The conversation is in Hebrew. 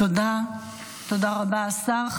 תודה רבה, השר.